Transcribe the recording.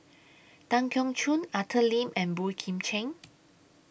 Tan Keong Choon Arthur Lim and Boey Kim Cheng